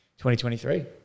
2023